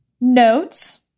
notes